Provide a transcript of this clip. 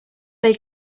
they